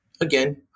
Again